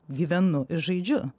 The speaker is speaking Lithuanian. gyvenu ir žaidžiu